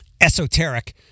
esoteric